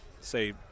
say